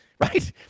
right